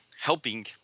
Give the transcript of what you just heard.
helping